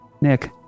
nick